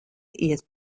iet